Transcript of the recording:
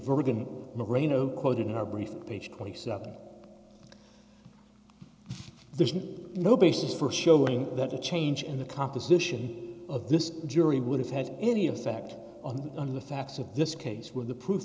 virginia marino quoted in our brief page twenty so there's no basis for showing that a change in the composition of this jury would have had any effect on the facts of this case when the proof